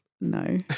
No